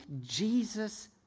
Jesus